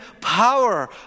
power